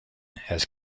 has